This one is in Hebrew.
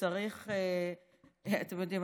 אתם יודעים,